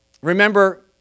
Remember